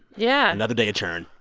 yeah another day, a turn.